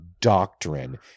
doctrine